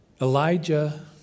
Elijah